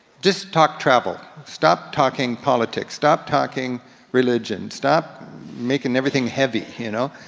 just talk travel, stop talking politics, stop talking religion, stop making everything heavy, you know?